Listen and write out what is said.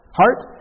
heart